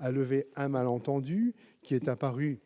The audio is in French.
à lever un malentendu qui est apparu